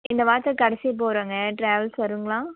இந்த வாரத்தில் கடைசி போகறோங்க டிராவல்ஸ் வருங்களா